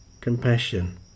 compassion